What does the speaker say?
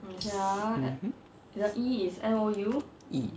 mmhmm E